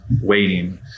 waiting